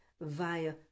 via